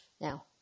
Now